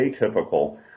atypical